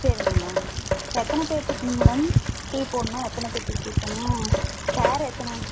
சரிங்க மேடம் எத்தனை பேர்த்துக்கு மேடம் டீ போடணும் எத்தனை பேர்த்துக்கு டீ போடணும் சேர் எத்தனை